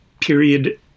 period